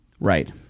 Right